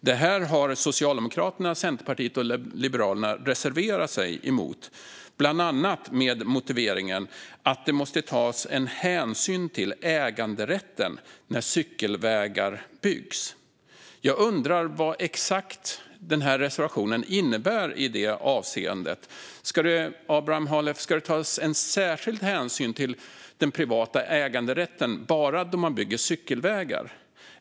Detta har Socialdemokraterna, Centerpartiet och Liberalerna reserverat sig mot, bland annat med motiveringen att det måste tas hänsyn till äganderätten när cykelvägar byggs. Jag undrar vad exakt denna reservation innebär i det avseendet? Ska det tas särskild hänsyn till den privata äganderätten bara när man bygger cykelvägar?